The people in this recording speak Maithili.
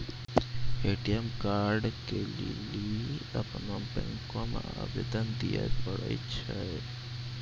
ए.टी.एम कार्डो के लेली अपनो बैंको मे आवेदन दिये पड़ै छै